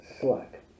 Slack